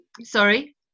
Sorry